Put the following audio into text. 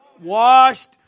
Washed